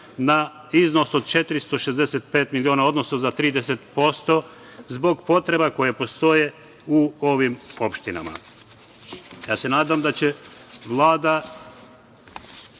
na iznos od 465 miliona, odnosno za 30%, zbog potreba koje postoje u ovim opštinama. Nadam se da će Vlada